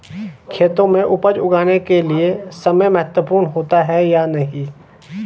खेतों में उपज उगाने के लिये समय महत्वपूर्ण होता है या नहीं?